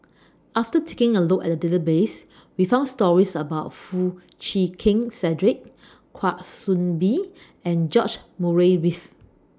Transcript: after taking A Look At The Database We found stories about Foo Chee Keng Cedric Kwa Soon Bee and George Murray Reith